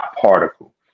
particle